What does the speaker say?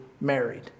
married